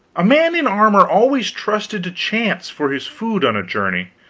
a man in armor always trusted to chance for his food on a journey,